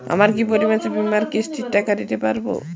আমি কি প্রতি মাসে বীমার কিস্তির টাকা দিতে পারবো?